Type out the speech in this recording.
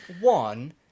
one